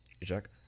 jack